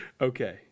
Okay